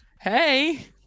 Hey